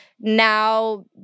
now